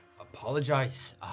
apologize